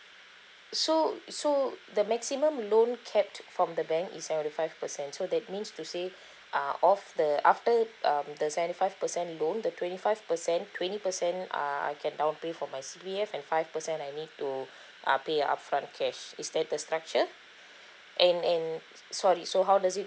so uh so the maximum loan kept from the bank is seventy five percent so that means to say uh of the after um the seventy five percent loan the twenty five percent twenty percent uh I can downpay from my C_P_F and five percent I need to uh pay upfront cash is that the structure and and sorry so how does it